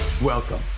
Welcome